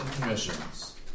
commissions